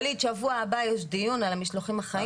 שבוע הבא יש דיון על המשלוחים החיים.